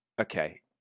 Okay